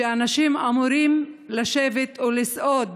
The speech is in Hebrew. כשאנשים אמורים לשבת או לסעוד